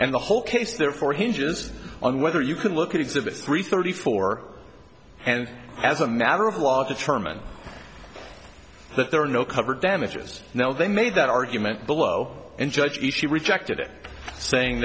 and the whole case therefore hinges on whether you can look at exhibits three thirty four and as a matter of law determine that there are no cover damages now they made that argument below and judge each she rejected it saying